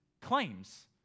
claims